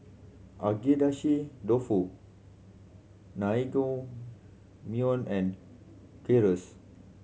Agedashi Dofu Naengmyeon and Gyros